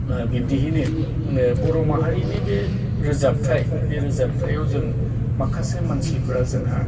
बिब्दिहैनो बर' माहारिनि बे रोजाबथाय बे रोजाबथायाव जों माखासे मानसिफोरा जोंहा